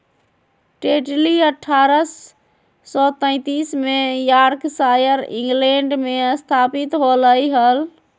Tetley अठ्ठारह सौ सैंतीस में यॉर्कशायर, इंग्लैंड में स्थापित होलय हल